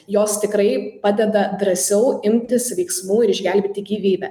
jos tikrai padeda drąsiau imtis veiksmų ir išgelbėti gyvybę